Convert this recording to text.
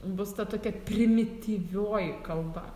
bus ta tokia primityvioji kalba